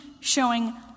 showing